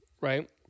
right